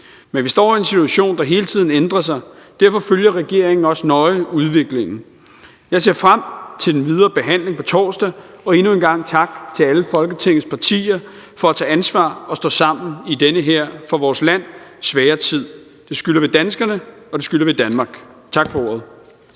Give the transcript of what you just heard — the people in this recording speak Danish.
Men vi står i en situation, der hele tiden ændrer sig, og derfor følger regeringen også nøje udviklingen. Jeg ser frem til den videre behandling på torsdag, og endnu en gang tak til alle Folketingets partier for at tage ansvar og stå sammen i den her for vores land svære tid. Det skylder vi danskerne, og det skylder vi Danmark. Tak for ordet.